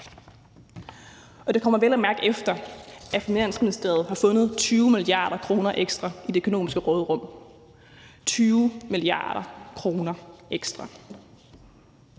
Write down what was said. og det kommer vel at mærke, efter at Finansministeriet har fundet 20 mia. kr. ekstra i det økonomiske råderum – 20 mia. kr. ekstra!